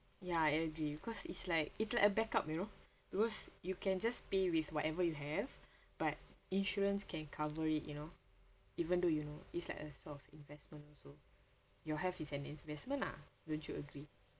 ya l agree cause it's like it's like a backup you know because you can just pay with whatever you have but insurance can cover it you know even though you know it's like a sort of investment also your health is an investment lah don't you agree